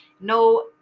no